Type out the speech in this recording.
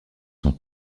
son